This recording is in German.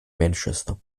manchester